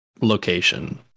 location